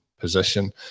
position